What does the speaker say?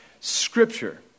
Scripture